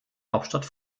hauptstadt